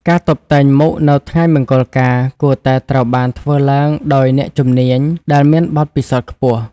ការតុបតែងមុខនៅថ្ងៃមង្គលការគួរតែត្រូវបានធ្វើឡើងដោយ អ្នកជំនាញ ដែលមានបទពិសោធន៍ខ្ពស់ ។